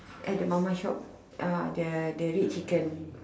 at the mama shop uh the the red chicken